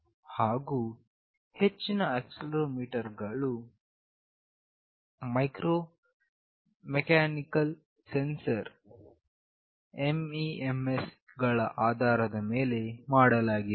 ಹಾಗು ಹೆಚ್ಚಿನ ಆಕ್ಸೆಲೆರೋಮೀಟರ್ ಗಳನ್ನು ಮೈಕ್ರೊ ಎಲೆಕ್ಟ್ರೋ ಮೆಕ್ಯಾನಿಕಲ್ ಸೆನ್ಸರ್ ಗಳ ಆಧಾರದ ಮೇಲೆ ಮಾಡಲಾಗಿದೆ